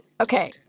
Okay